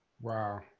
Wow